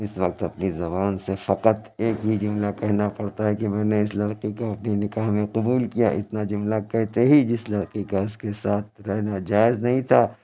اس وقت اپنی زبان سے فقط ایک ہی جملہ کہنا پڑتا ہے کہ میں نے اس لڑکی کو اپںے نکاح میں قبول کیا اتنا جملہ کہتے ہی جس لڑکی کا اس کے ساتھ رہنا جائز نہیں تھا